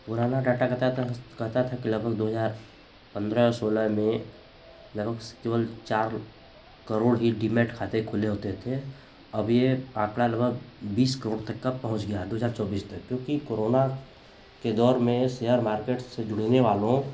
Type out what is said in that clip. पुराना डाटा बताता है कहता था कि लगभग दो हज़ार पन्द्रह सोलह में लगभग केवल चार करोड़ ही डीमैट खाते खोले होते थे अब यह आंकड़ा लगभग बीस करोड़ तक का पहुँच गया है दो हज़ार चौबीस तक क्योंकि कोरोना के दौर में शेयर मार्केट से जुड़ने वालों